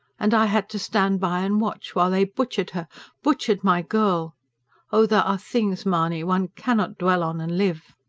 and i had to stand by and watch, while they butchered her butchered my girl oh, there are things, mahony, one cannot dwell on and live!